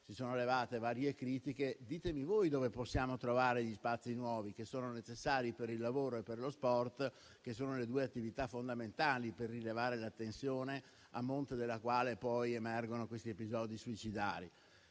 Si sono levate varie critiche: ditemi voi dove possiamo trovare gli spazi nuovi necessari per il lavoro e lo sport, che sono le due attività fondamentali per rilevare la tensione, a monte della quale poi emergono gli episodi suicidari.